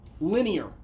linear